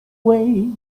way